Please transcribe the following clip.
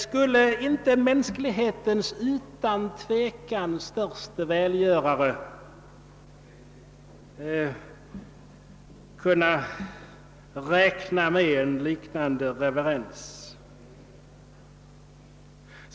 Skulle inte mänsklighetens utan tvivel störste välgörare kunna räkna med någon liknande reverens?